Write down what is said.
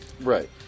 Right